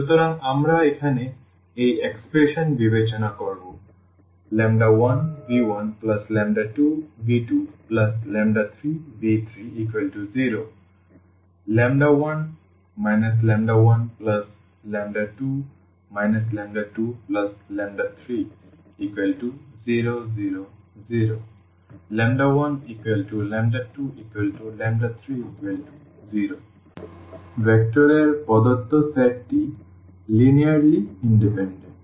সুতরাং আমরা এখন এই এক্সপ্রেশন বিবেচনা করব 1v12v23v30 1 12 23000 ⟹1230 ভেক্টর এর প্রদত্ত সেটটি লিনিয়ারলি ইন্ডিপেন্ডেন্ট